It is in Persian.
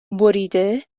بریده